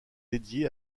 dédiée